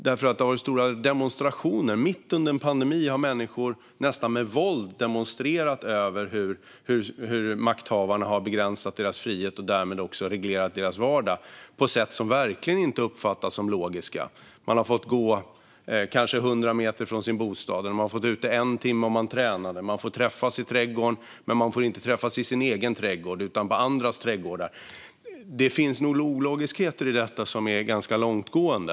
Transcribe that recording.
Det har varit stora demonstrationer; mitt under en pandemi har människor nästan med våld demonstrerat mot hur makthavarna har begränsat deras frihet och därmed också reglerat deras vardag på ett sätt som verkligen inte uppfattas som logiskt. Man kanske har fått gå 100 meter från sin bostad, eller också har man fått vara ute en timme om man tränar. Man får träffas i trädgården, men man får inte träffas i sin egen trädgård. Det finns ologiskheter i detta som är ganska långtgående.